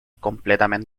completamente